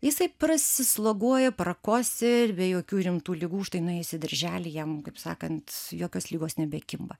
jisai prasisloguoja prakosi ir be jokių rimtų ligų štai nuėjus į darželį jam kaip sakant jokios ligos nebekimba